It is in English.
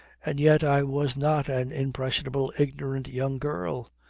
and yet i was not an impressionable ignorant young girl.